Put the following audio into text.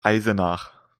eisenach